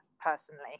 personally